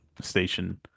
station